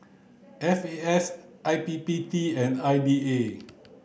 F A S I P P T and I D A